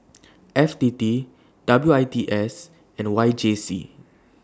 F T T W I T S and Y J C